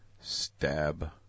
Stab